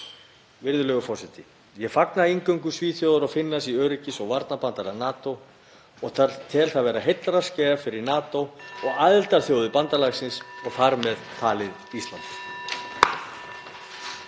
Virðulegur forseti. Ég fagna inngöngu Svíþjóðar og Finnlands í öryggis- og varnarbandalag NATO og tel það vera heillaskref fyrir NATO og aðildarþjóðir bandalagsins og þar með talið Ísland.